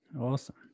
Awesome